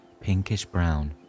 pinkish-brown